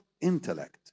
intellect